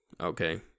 okay